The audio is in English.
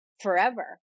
forever